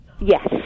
Yes